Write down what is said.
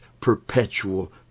perpetual